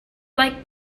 like